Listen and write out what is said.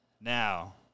Now